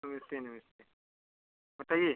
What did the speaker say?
नमस्ते नमस्ते बताइए